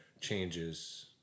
changes